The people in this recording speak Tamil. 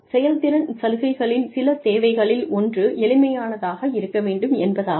செயல்திறன் சலுகைகளின் சில தேவைகளில் ஒன்று எளிமையானதாக இருக்க வேண்டும் என்பதாகும்